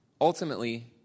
ultimately